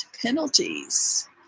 penalties